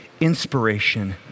inspiration